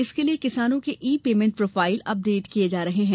इसके लिए किसानो के ई पेमेण्ट प्रोफाइल अपडेट किये जा रहे हैं